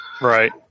right